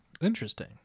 interesting